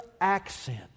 accent